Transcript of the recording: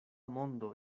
mondo